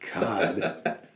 God